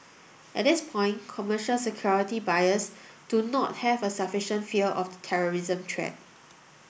at this point commercial security buyers do not have a sufficient fear of the terrorism treat